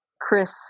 Chris